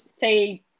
say